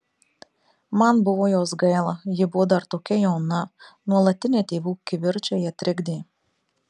man buvo jos gaila ji buvo dar tokia jauna nuolatiniai tėvų kivirčai ją trikdė